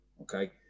okay